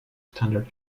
standard